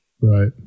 Right